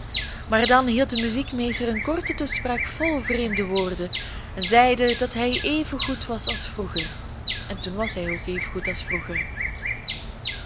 maar dan hield de muziekmeester een korte toespraak vol vreemde woorden en zeide dat hij even goed was als vroeger en toen was hij ook even goed als vroeger